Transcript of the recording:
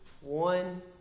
one